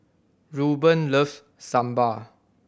Rueben loves Sambar